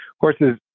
horses